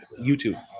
YouTube